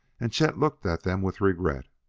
and chet looked at them with regret,